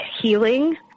healing